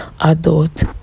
adult